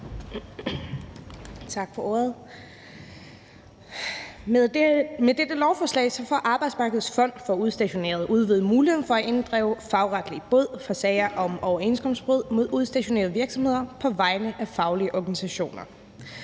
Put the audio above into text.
Med dette lovforslag får Arbejdsmarkedets Fond for Udstationerede udvidet muligheden for at inddrive fagretlig bod i sager om overenskomstbrud mod udstationerede virksomheder på vegne af faglige organisationer.